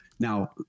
Now